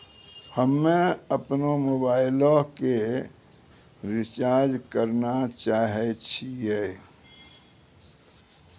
हम्मे अपनो मोबाइलो के रिचार्ज करना चाहै छिये